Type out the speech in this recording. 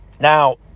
Now